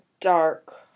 dark